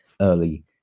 early